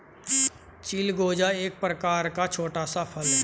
चिलगोजा एक प्रकार का छोटा सा फल है